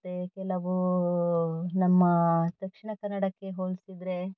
ಮತ್ತು ಕೆಲವು ನಮ್ಮ ದಕ್ಷಿಣ ಕನ್ನಡಕ್ಕೆ ಹೋಲಿಸಿದ್ರೆ